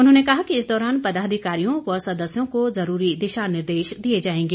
उन्होंने कहा कि इस दौरान पदाधिकारियों व सदस्यों को जरूरी दिशा निर्देश दिए जाएंगे